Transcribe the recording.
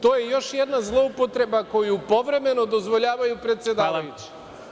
To je još jedna zloupotreba koju povremeno dozvoljavaju predsedavajući.